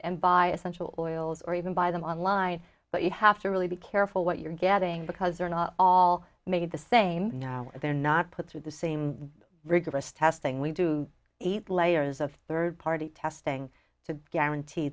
and buy essential oils or even buy them online but you have to really be careful what you're getting because they're not all made the same they're not put through the same rigorous testing we do eight layers of third party testing to guarantee